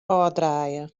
ôfdraaie